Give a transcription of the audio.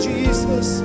Jesus